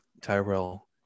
Tyrell